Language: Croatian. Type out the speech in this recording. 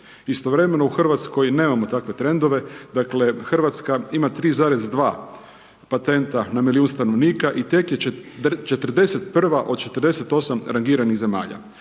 Istovremeno u Hrvatskoj nemamo takve trendove, dakle Hrvatska ima 3,2 patenta na milijun stanovnika i tek je 41. od 48 od rangiranih zemalja.